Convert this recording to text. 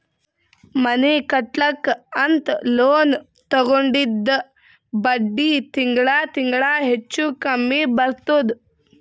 ಮನಿ ಕಟ್ಲಕ್ ಅಂತ್ ಲೋನ್ ತಗೊಂಡಿದ್ದ ಬಡ್ಡಿ ತಿಂಗಳಾ ತಿಂಗಳಾ ಹೆಚ್ಚು ಕಮ್ಮಿ ಬರ್ತುದ್